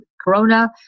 corona